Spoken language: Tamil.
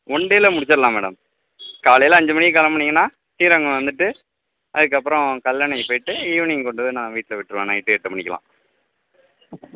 ஒன்டேவில முடிச்சிவிடலாம் மேடம் காலையில அஞ்சு மணிக்கு கிளம்புனீங்கனா ஸ்ரீரங்கம் வந்துவிட்டு அதுக்கப்புறம் கல்லணை போயிட்டு ஈவினிங் கொண்டுவந்து நான் வீட்டில் விட்டுவன் நைட் எட்டு மணிக்குலாம்